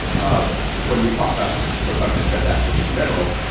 ah when we talk about repugnant transactions in general,